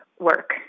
Work